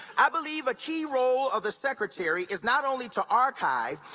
i believe a key role of the secretary is not only to archive,